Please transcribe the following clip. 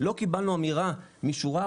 לא קיבלנו אמירה משורה ארוכה.